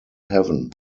heaven